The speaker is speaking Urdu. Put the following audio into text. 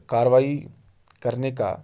کارروائی کرنے کا